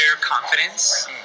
confidence